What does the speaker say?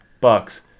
Bucks